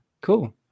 Cool